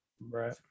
Right